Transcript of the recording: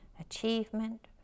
achievement